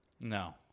No